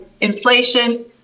inflation